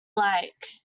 like